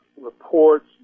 reports